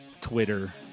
twitter